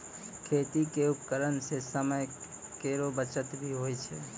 खेती क उपकरण सें समय केरो बचत भी होय छै